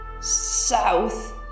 South